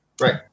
right